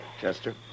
Chester